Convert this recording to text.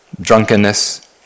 drunkenness